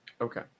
Okay